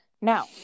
Now